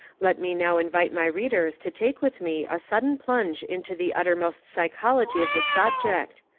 let me now invite my readers to take with me a sudden plunge into the uttermost psychology of the subject,